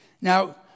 Now